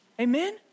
amen